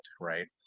right